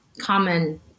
common